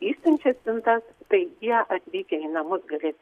išsiunčia siuntas tai jie atvykę į namus galės